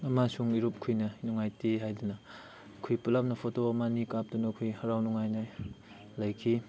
ꯑꯃꯁꯨꯡ ꯏꯔꯨꯞ ꯈꯣꯏꯅ ꯅꯨꯡꯉꯥꯏꯇꯦ ꯍꯥꯏꯗꯨꯅ ꯑꯩꯈꯣꯏ ꯄꯨꯂꯞꯅ ꯐꯣꯇꯣ ꯑꯃ ꯑꯅꯤ ꯀꯥꯞꯇꯨꯅ ꯑꯩꯈꯣꯏ ꯍꯔꯥꯎ ꯅꯨꯡꯉꯥꯏꯅ ꯂꯩꯈꯤ